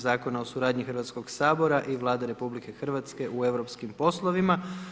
Zakona o suradnji Hrvatskog sabora i Vlade RH u europskim poslovima.